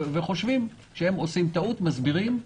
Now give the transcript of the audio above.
כאשר אנחנו חושבים שהם עושים טעות אנחנו מסבירים.